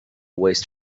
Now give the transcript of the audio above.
waste